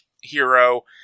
hero